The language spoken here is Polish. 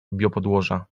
biopodłoża